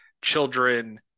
children